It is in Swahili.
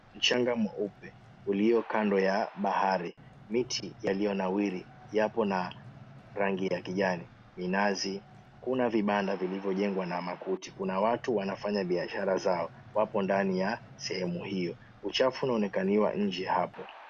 Mchanga mweupe, ulio kando ya bahari. Miti yaliyonawiri yapo na rangi ya kijani. Minazi. Kuna vibanda vilivyojengwa na makuti. Kuna watu wanafanya biashara zao, wapo ndani ya sehemu hiyo. Uchafu unaonekaniwa nje hapo.